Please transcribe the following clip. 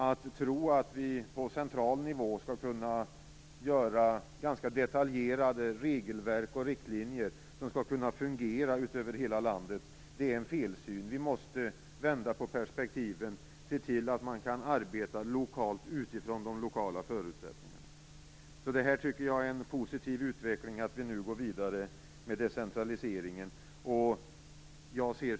Att tro att vi på central nivå skall kunna göra detaljerade regelverk och riktlinjer som skall kunna fungera i hela landet är en felsyn. Vi måste vända på perspektiven och se till att man kan arbeta lokalt utifrån de lokala förutsättningarna. Jag tycker att det är en positiv utveckling att decentraliseringen nu går vidare.